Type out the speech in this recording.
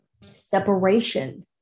separation